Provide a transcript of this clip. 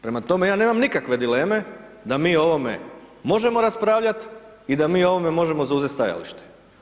Prema tome, ja nemam nikakve dileme da mi o ovome možemo raspravljati i da mi o ovome možemo zauzeti stajalište.